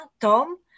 Tom